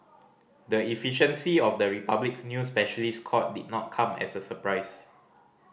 the efficiency of the Republic's new specialist court did not come as a surprise